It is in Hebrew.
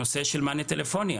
הנושא של מענה טלפוני.